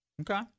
Okay